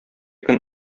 көн